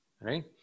right